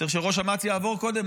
צריך שראש אמ"ץ יעבור קודם.